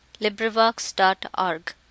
LibriVox.org